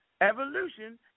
evolution